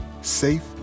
safe